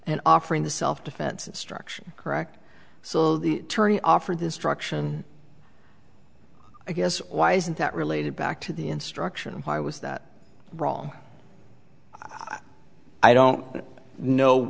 and offering the self defense instruction correct so the attorney offered destruction i guess why isn't that related back to the instruction why was that wrong either i don't kno